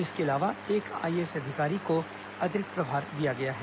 इसके अलावा एक आईएएस अधिकारी को अतिरिक्त प्रभार दिया गया है